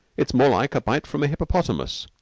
it's more like a bite from a hippopotamus.